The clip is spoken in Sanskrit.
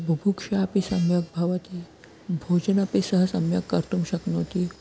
बुभुक्षा अपि सम्यक् भवति भोजनमपि सः सम्यक् कर्तुं शक्नोति